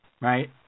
right